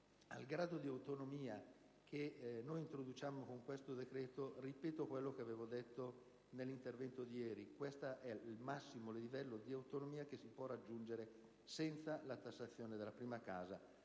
al grado di autonomia che s'introduce con questo decreto legislativo, ripeto quanto detto nell'intervento di ieri: questo è il massimo livello di autonomia che si può raggiungere senza la tassazione della prima casa,